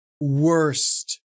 worst